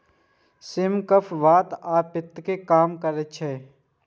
सिम कफ, बात आ पित्त कें कम करै छै